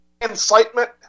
Incitement